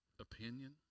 opinion